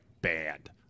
banned